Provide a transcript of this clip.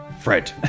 Fred